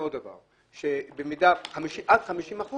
על 50%